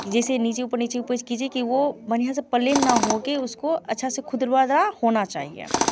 जैसे नीचे ऊपर नीचे ऊपर कीजिए कि वो बढ़िया से पलेन ना होके उसको अच्छा से खुरखुरा होना चाहिए